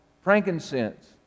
frankincense